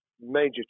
major